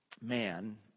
man